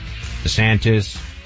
DeSantis